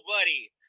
buddy